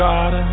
God